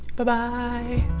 but bye